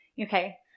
Okay